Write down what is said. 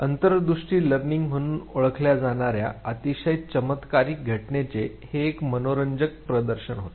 अंतर्दृष्टी लर्निंग म्हणून ओळखल्या जाणार्या अतिशय चमत्कारिक घटनेचे हे एक मनोरंजक प्रदर्शन होते